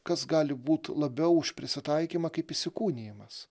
kas gali būt labiau už prisitaikymą kaip įsikūnijimas